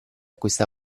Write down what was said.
questa